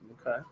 okay